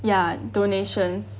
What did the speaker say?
ya donations